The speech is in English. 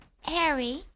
Harry